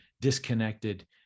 disconnected